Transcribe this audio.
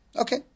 Okay